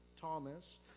thomas